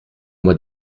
moi